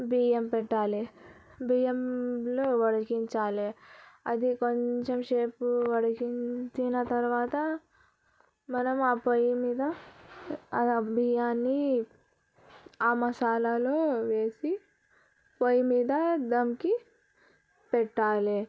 బియ్యం పెట్టాలి బియ్యంలో ఉడికించాలి అది కొంచెం సేపు ఉడికించిన తర్వాత మనం ఆ పొయ్యి మీద ఆ బియ్యాన్ని ఆ మసాలాను వేసి పొయ్యి మీద దంకీ పెట్టాలి